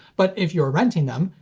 but if you're renting them,